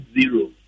zero